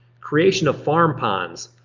creation of farm ponds.